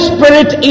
Spirit